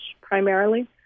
primarily